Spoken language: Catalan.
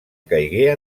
caigué